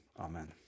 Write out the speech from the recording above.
Amen